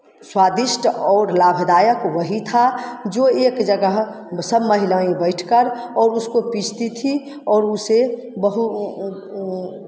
स्वादिष्ट और लाभदायक वही था जो एक जगह सब महिलाएँ बैठकर और उसको पीसती थी और उसे बहु